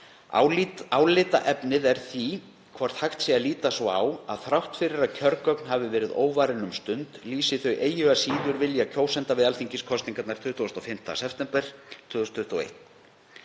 Álitaefnið er því hvort hægt sé að líta svo á að þrátt fyrir að kjörgögn hafi verið óvarin um stund lýsi þau eigi að síður vilja kjósenda við alþingiskosningarnar 25. september 2021.